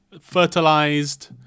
fertilized